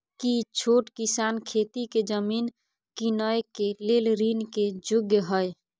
की छोट किसान खेती के जमीन कीनय के लेल ऋण के योग्य हय?